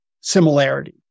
similarity